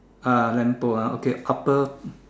ah lamp pole ah okay upper